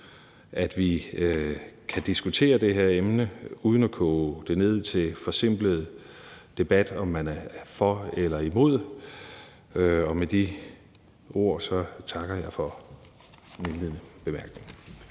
at vi kan diskutere det her emne uden at koge det ned til en forsimplet debat om, om man er for eller imod, og med de ord takker jeg for de indledende bemærkninger.